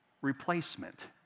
replacement